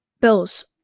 Bills